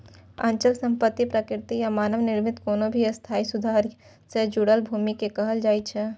अचल संपत्ति प्राकृतिक या मानव निर्मित कोनो भी स्थायी सुधार सं जुड़ल भूमि कें कहल जाइ छै